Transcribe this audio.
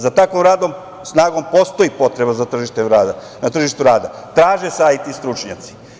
Za takvom radnom snagom postoji potreba na tržištu rada, traže se IT stručnjaci.